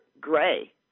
gray